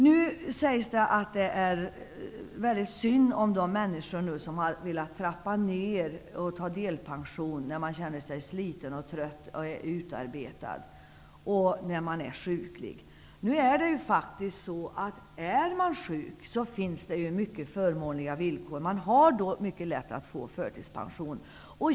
Det sägs att det är väldigt synd om de människor som har velat trappa ner och ta delpension, när de känner sig slitna, trötta och utarbetade eller är sjuka. Men är man sjuk, finns det mycket förmånliga villkor. Man har då mycket lätt att få förtidspension.